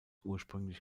ursprünglich